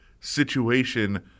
situation